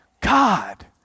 God